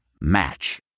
Match